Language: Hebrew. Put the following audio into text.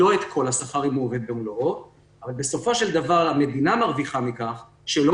אבל בסופו של דבר המדינה מרוויחה מכך שלא